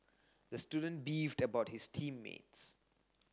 the student beefed about his team mates